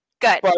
Good